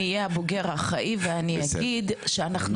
אני אהיה הבוגר האחראי ואני אגיד שאנחנו